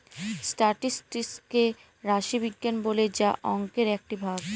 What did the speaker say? statistics কে রাশি বিজ্ঞান বলে যা অংকের একটি ভাগ